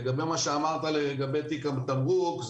לגבי מה שאמרת על תיק התמרוק,